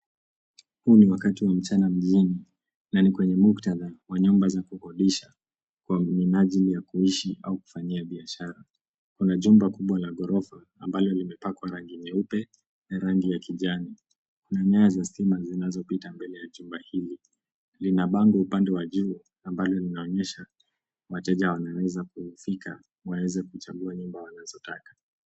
Huu ni wakati wa mchana mjini na ni kwenye muktadha wa nyumba za kukodisha kwa minajili ya kuishi au kufanyia biashara. Kuna jumba kubwa na ghorofa ambalo limepakwa rangi nyeupe na rangi ya kijani na nyaya za stima zinazopita mbele ya jumba hili ,lina bango upande wa juu ambalo linaonyesha wateja hawa wanaweza kufika waweze kuchagua nyimbo wanazotaka.